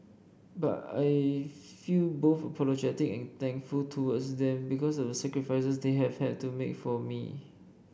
but I feel both apologetic and thankful towards them because of the sacrifices they have had to make for me